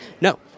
no